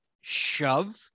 shove